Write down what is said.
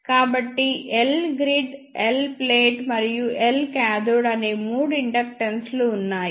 కాబట్టి L grid L plate మరియు L cathode అనే మూడు ఇండక్టెన్సులు ఉన్నాయి